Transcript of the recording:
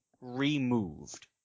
removed